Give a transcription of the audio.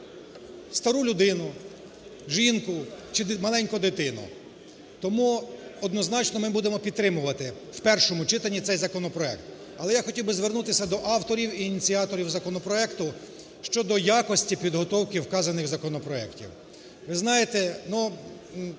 стару людину, жінку чи маленьку дитину. Тому, однозначно, ми будемо підтримувати в першому читанні цей законопроект. Але я хотів би звернутися до авторів і ініціаторів законопроекту щодо якості підготовки вказаних законопроектів.